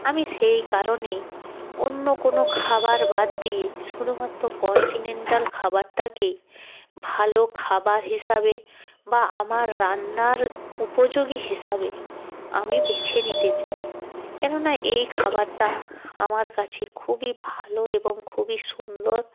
আমি সেই কারণেই অন্য কোনো খাবার বাদ দিয়ে শুধুমাত্র কন্টিনেন্টাল খাবারটাকেই ভালো খাবার হিসাবে বা আমার রান্নার উপযোগী হিসাবে আমি বেছে নিতে চাই কেননা এই খাবারটা আমার কাছে খুবই ভালো এবং খুবই সুন্দর